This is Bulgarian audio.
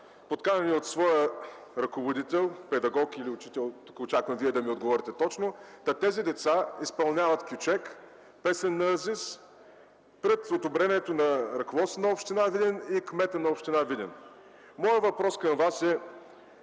подканяни от своя ръководител, (педагог или учител, очаквам Вие да ми отговорите точно), изпълняват кючек в песен на Азис пред одобрението на ръководството на община Видин и кмета на община Видин. Въпросът ми към Вас е: